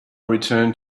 returned